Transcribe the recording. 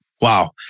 Wow